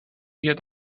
yet